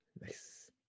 Nice